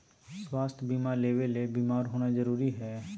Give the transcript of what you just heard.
स्वास्थ्य बीमा लेबे ले बीमार होना जरूरी हय?